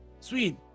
Sweet